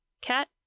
Cat